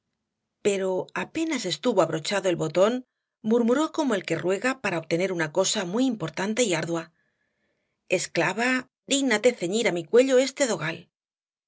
pero apenas estuvo abrochado el botón murmuró como el que ruega para obtener una cosa muy importante y ardua esclava dígnate ceñir á mi cuello este dogal